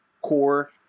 core